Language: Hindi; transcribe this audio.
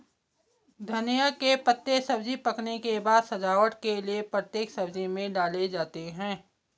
धनिया के पत्ते सब्जी पकने के बाद सजावट के लिए प्रत्येक सब्जी में डाले जाते हैं